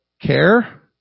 care